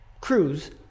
Cruz